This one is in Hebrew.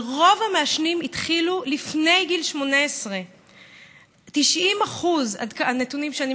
רוב המעשנים התחילו לפני גיל 18. הנתונים שאני